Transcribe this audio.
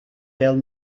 del